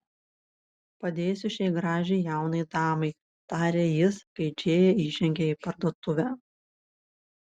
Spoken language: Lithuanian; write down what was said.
padėsiu šiai gražiai jaunai damai tarė jis kai džėja įžengė į parduotuvę